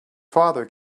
father